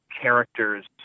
characters